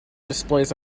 displays